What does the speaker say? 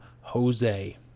Jose